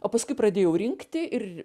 o paskui pradėjau rinkti ir